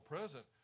present